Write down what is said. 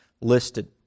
listed